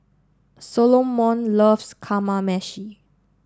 Solomon loves Kamameshi